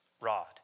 rod